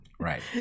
Right